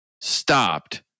stopped